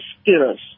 skills